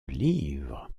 livres